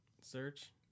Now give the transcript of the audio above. Search